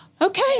okay